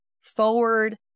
forward